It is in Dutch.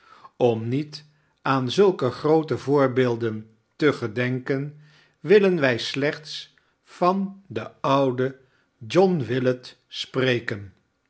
om niet aan zulke groote voorbeelden te gedenken willen wij slechts van den ouden john willet spreken